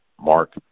mark